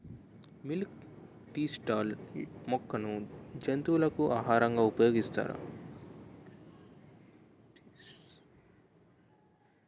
Milk thistle మొక్కను జంతువులకు ఆహారంగా ఉపయోగిస్తారా?